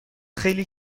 خیلی